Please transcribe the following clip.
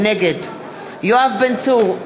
נגד יואב בן צור,